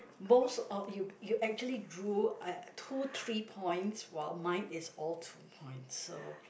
both of you you actually grow at two three points while mine is O two points so